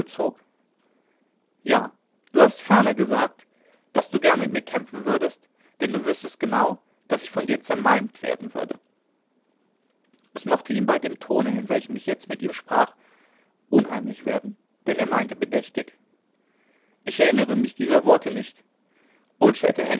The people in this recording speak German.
ja du hast ferner gesagt daß du gern mit mir kämpfen würdest denn du wüßtest genau daß ich von dir zermalmt werden würde es mochte ihm bei dem tone in welchem ich jetzt mit ihm sprach unheimlich werden denn er meinte bedächtig ich erinnere mich dieser worte nicht